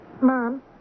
Mom